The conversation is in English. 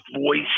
voice